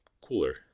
cooler